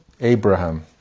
Abraham